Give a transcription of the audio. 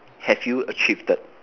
have you achieved